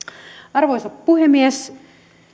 arvoisa puhemies